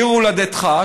עיר הולדתך,